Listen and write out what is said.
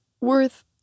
worth